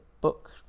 book